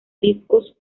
discos